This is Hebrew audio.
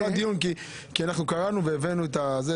זה לא טיעון כי קראנו והבאנו ואמרתי